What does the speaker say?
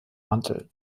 mantel